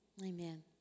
Amen